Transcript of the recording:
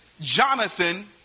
Jonathan